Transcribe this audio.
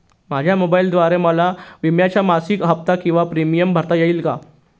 माझ्या मोबाईलद्वारे मला विम्याचा मासिक हफ्ता किंवा प्रीमियम भरता येईल का?